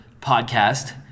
podcast